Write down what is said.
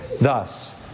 Thus